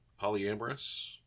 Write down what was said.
polyamorous